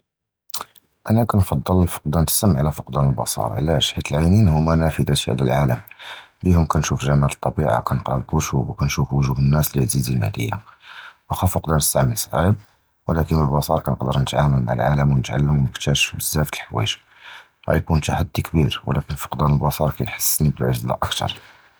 אָנָא קִנְפַצֵל פִקְדַּאן הַסַמְע עַל פִקְדַּאן הַבַּصַר, עַלַאש? חִית הַעַיְנַיִן הוּם נַאפְדַּה נִשּוּף הַעָלַם, בִּיהוּם קִנְשּוּף גּ'מָאל הַטַּבִיעָה, קִנְקְרָא הַקְּתוּבִּים וְקִנְשּוּף וּגוּח הַנַּאס לִי עַזִיזִין עַלִיָּא, וְלָקִין פִקְדַּאן הַסַמְע צְעִיב וְלָקִין הַבַּصַר קִנְקַדַּר נִתְעַלַּם מֵהַעָלַם וְנִכְתַּשּוּף בְּזַאפ דַהַוִיג, גִיר קִיְקּוּן תַּחַדִי כְּבִיר, וְלָקִין פִקְדַּאן הַבַּסַר קִיְחַסִּסְנִי בַּעַגְ'ז לָא אַקְתַר.